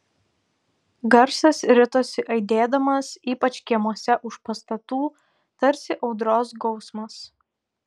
garsas ritosi aidėdamas ypač kiemuose už pastatų tarsi audros gausmas